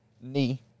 knee